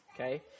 Okay